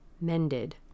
mended